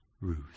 Ruth